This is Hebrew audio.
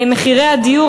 מחירי הדיור,